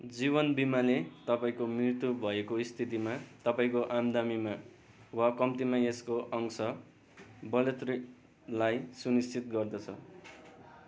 जीवन बिमाले तपाईँको मृत्यु भएको स्थितिमा तपाईँको आम्दानीमा वा कम्तीमा यसको अंश बढोत्तरीलाई सुनिश्चित गर्दछ